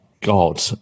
god